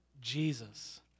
Jesus